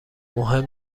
مهم